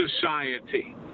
society